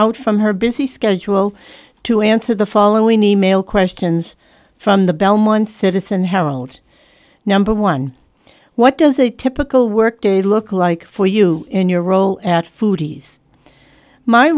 out from her busy schedule to answer the following e mail questions from the belmont citizen herald number one what does a typical work day look like for you in your role at foodies my